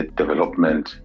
development